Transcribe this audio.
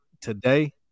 Today